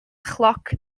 chloc